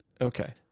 Okay